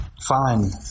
fine